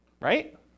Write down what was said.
right